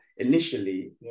Initially